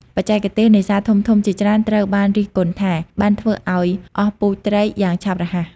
បច្ចេកទេសនេសាទធំៗជាច្រើនត្រូវបានរិះគន់ថា បានធ្វើឱ្យ អស់ពូជត្រី យ៉ាងឆាប់រហ័ស។